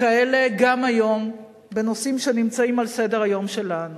כאלה גם היום, בנושאים שנמצאים על סדר-היום שלנו.